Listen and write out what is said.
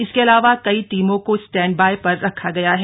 इसके अलावा कई टीमों को स्टैंडबाय पर रखा गया है